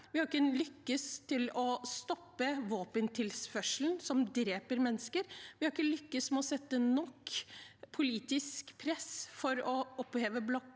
Vi har ikke lykkes med å stoppe våpentilførselen, som dreper mennesker, og vi har ikke lykkes med å sette inn nok politisk press for å oppheve blokaden.